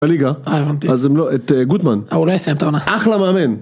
בליגה. אה, הבנתי. אז אם לא, את גוטמן. אה, הוא לא יסיים את העונה. אחלה מאמן.